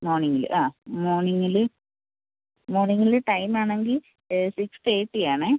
മോർണിംഗിൽ ആ മോർണിംഗിൽ മോർണിംഗിൽ ടൈം ആണെങ്കിൽ സിക്സ് തെർട്ടി ആണേ